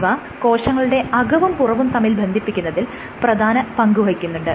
ഇവ കോശങ്ങളുടെ അകവും പുറവും തമ്മിൽ ബന്ധിപ്പിക്കുന്നതിൽ പ്രധാനപ്പെട്ട പങ്കുവഹിക്കുന്നുണ്ട്